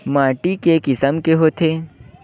माटी के किसम के होथे?